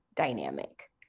dynamic